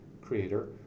creator